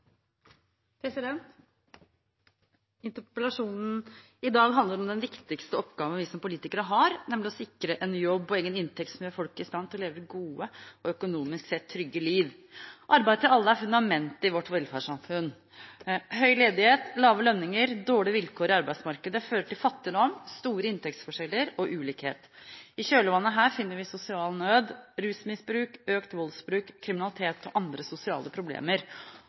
Interpellasjonen i dag handler om den viktigste oppgaven vi som politikere har, nemlig å sikre en jobb og egen inntekt som gjør folk i stand til å leve gode og økonomisk sett trygge liv. Arbeid til alle er fundamentet i vårt velferdssamfunn. Høy ledighet, lave lønninger og dårlige vilkår i arbeidsmarkedet fører til fattigdom, store inntektsforskjeller og ulikhet. I kjølvannet av det finner vi sosial nød, rusmisbruk, økt voldsbruk, kriminalitet og andre sosiale problemer.